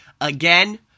again